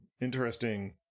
interesting